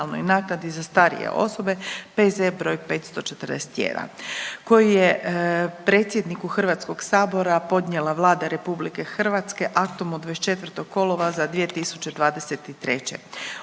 P.Z. broj 541., koji je predsjedniku Hrvatskoga sabora podnijela Vlada RH i to aktom od 24. kolovoza 2023.